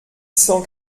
cent